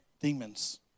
demons